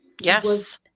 Yes